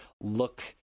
look